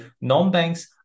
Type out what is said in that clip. non-banks